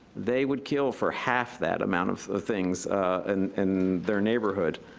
they would kill for half that amount of things and in their neighborhood.